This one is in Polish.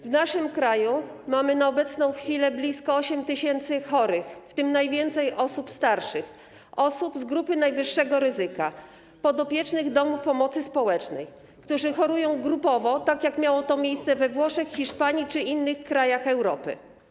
W naszym kraju mamy na obecną chwilę blisko 8 tys. chorych, w tym najwięcej osób starszych, osób z grupy najwyższego ryzyka, podopiecznych domów pomocy społecznej, którzy chorują grupowo, tak jak miało to miejsce we Włoszech, w Hiszpanii czy innych krajach Europy.